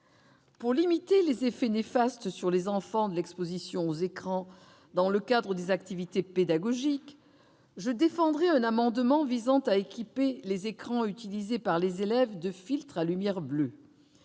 Pour limiter les effets néfastes sur les enfants de l'exposition aux écrans dans le cadre des activités pédagogiques, je défendrai un amendement visant à équiper les écrans utilisés par les élèves de filtres à lumière bleue.